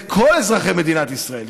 לכל אזרחי מדינת ישראל.